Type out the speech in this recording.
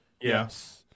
Yes